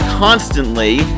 Constantly